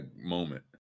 moment